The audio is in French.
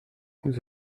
nous